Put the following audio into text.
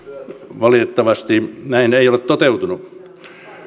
valitettavasti tämä ei ole toteutunut